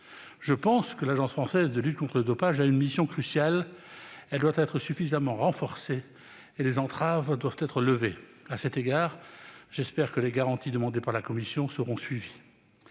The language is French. Selon moi, l'Agence française de lutte contre le dopage a une mission cruciale. Elle doit être suffisamment renforcée et les entraves doivent être levées. À cet égard, j'espère que les garanties demandées par la commission seront adoptées.